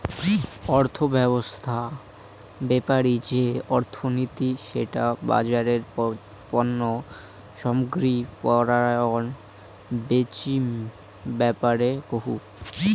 অর্থব্যবছস্থা বেপারি যে অর্থনীতি সেটা বাজারে পণ্য সামগ্রী পরায় বেচিম ব্যাপারে কুহ